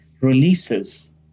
releases